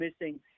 missing